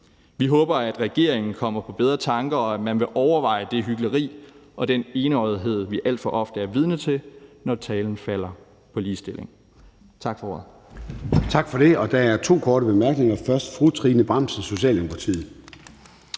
Vi håber, at regeringen kommer på bedre tanker, og at man vil overveje det hykleri og den enøjethed, vi alt for ofte er vidne til, når talen falder på ligestilling. Tak for ordet. Kl. 17:15 Formanden (Søren Gade): Tak for det, og der er to korte bemærkninger. Det er først fra fru Trine Bramsen, Socialdemokratiet.